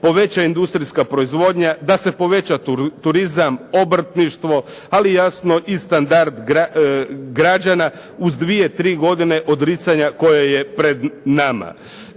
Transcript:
poveća industrijska proizvodnja, da se poveća turizam, obrtništvo, ali jasno i standard građana uz 2, 3 godine odricanja koje je pred nama.